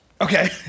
Okay